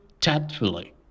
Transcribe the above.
tactfully